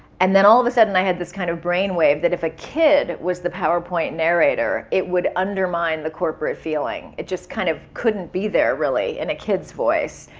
and then all of a sudden, i had this kind of brain wave that if a kid was the powerpoint narrator, it would undermine the corporate feeling. it just kind of couldn't be there really in a kid's voice,